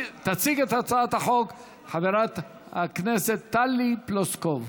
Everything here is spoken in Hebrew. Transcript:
תציג את הצעת החוק חברת הכנסת טלי פלוסקוב.